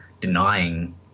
denying